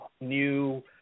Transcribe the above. new –